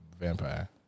vampire